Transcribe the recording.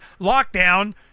lockdown